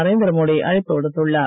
நரேந்திரமோடி அழைப்பு விடுத்துள்ளார்